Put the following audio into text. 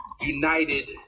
united